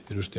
kannatan